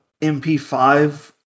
MP5